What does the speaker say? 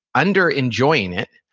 underenjoying it,